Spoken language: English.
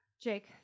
Jake